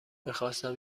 میخواستم